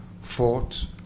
fought